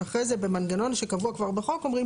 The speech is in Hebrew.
אחרי זה במנגנון שקבוע כבר בחוק אומרים